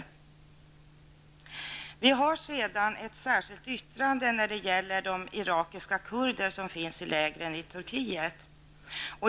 Vänsterpartiet har vidare ett särskilt yttrande när det gäller de irakiska kurder som finns i lägren i Turkiet.